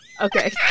Okay